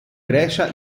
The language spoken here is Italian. grecia